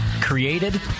created